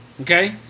okay